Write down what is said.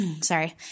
sorry